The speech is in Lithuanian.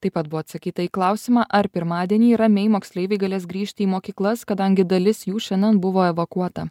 taip pat buvo atsakyta į klausimą ar pirmadienį ramiai moksleiviai galės grįžti į mokyklas kadangi dalis jų šiandien buvo evakuota